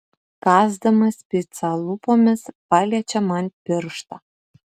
kąsdamas picą lūpomis paliečia man pirštą